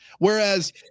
Whereas